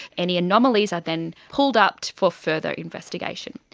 any anomalies are then pulled up for further investigation.